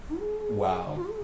Wow